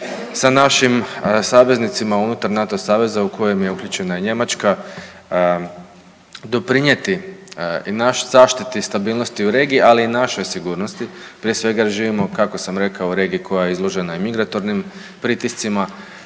sa našim saveznicima unutar NATO saveza u kojem je uključena i Njemačka doprinijeti i našoj zaštiti i stabilnosti u regiji, ali i našoj sigurnosti. Prije svega jer živimo kako sam rekao u regiji koja je izložena i migrantornim pritiscima,